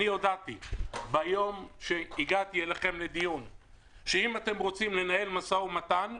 אני הודעתי ביום שהגעתי אליכם לדיון שאם אתם רוצים לנהל משא ומתן,